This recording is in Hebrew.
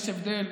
יש הבדל,